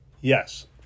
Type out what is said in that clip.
Yes